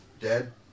Dead